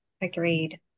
agreed